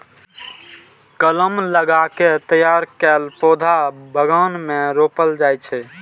कलम लगा कें तैयार कैल पौधा बगान मे रोपल जाइ छै